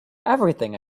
everything